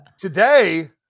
Today